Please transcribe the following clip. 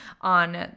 on